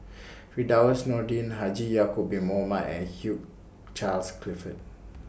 Firdaus Nordin Haji Ya'Acob Bin Mohamed and Hugh Charles Clifford